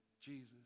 Jesus